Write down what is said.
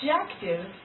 objective